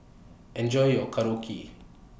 Enjoy your Korokke